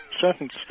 sentence